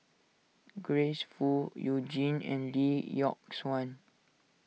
Grace Fu You Jin and Lee Yock Suan